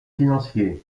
financiers